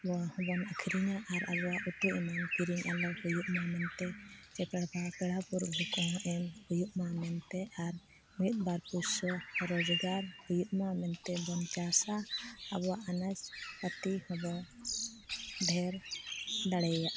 ᱱᱚᱣᱟ ᱦᱚᱸᱵᱚᱱ ᱟᱹᱠᱷᱨᱤᱧᱟ ᱟᱨ ᱟᱵᱚᱣᱟᱜ ᱩᱛᱩ ᱮᱢᱟᱱ ᱠᱤᱨᱤᱧ ᱟᱞᱚ ᱦᱩᱭᱩᱜᱼᱢᱟ ᱢᱮᱱᱛᱮ ᱪᱮ ᱯᱮᱲᱟ ᱯᱚᱨᱵᱷᱩ ᱠᱚᱦᱚᱸ ᱮᱢ ᱦᱩᱭᱩᱜᱼᱢᱟ ᱢᱮᱱᱛᱮ ᱟᱨ ᱢᱤᱫᱵᱟᱨ ᱯᱩᱭᱥᱟᱹ ᱨᱚᱡᱽᱜᱟᱨ ᱦᱩᱭᱩᱜᱼᱢᱟ ᱢᱮᱱᱼᱛᱮᱵᱚᱱ ᱪᱟᱥᱟ ᱟᱵᱚᱣᱟᱜ ᱟᱱᱟᱡᱽ ᱯᱟᱹᱛᱤ ᱦᱚᱸᱵᱚ ᱰᱷᱮᱨ ᱫᱟᱲᱮᱭᱟᱜᱼᱟ